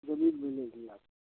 ज़मीन मिलेगी आपको